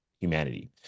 humanity